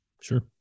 Sure